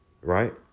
right